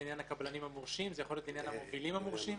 זה יכול להיות לעניין הקבלנים המורשים,